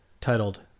titled